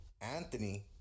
Anthony